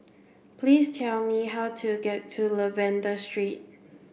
please tell me how to get to Lavender Street